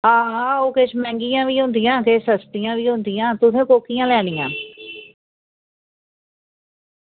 आं ओह् किश मैहंगियां बी होंदियां किश सस्तियां बी होंदियां तुसें कोह्कियां लैनियां